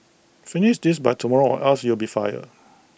finish this by tomorrow or else you'll be fired